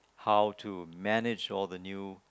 how to manage all the new